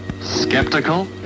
Skeptical